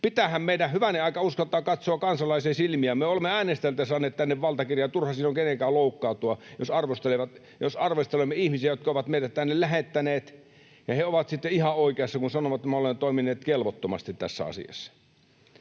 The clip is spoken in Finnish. Pitäähän meidän, hyvänen aika, uskaltaa katsoa kansalaisia silmiin. Me olemme äänestäjiltä saaneet tänne valtakirjan. Turha siitä on kenenkään loukkaantua, jos arvostelemme ihmisiä, jotka ovat meidät tänne lähettäneet, ja he ovat sitten ihan oikeassa, kun sanovat, että me olemme toimineet kelvottomasti tässä asiassa.